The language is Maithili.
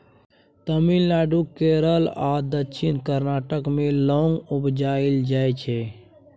तमिलनाडु, केरल आ दक्षिण कर्नाटक मे लौंग उपजाएल जाइ छै